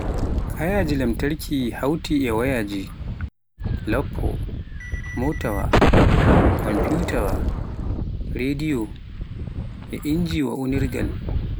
kayaji lamtarki hawti e wayaaji, lappo, motaawa, kompiyuwataawa, rediyo e injiwa unirgal.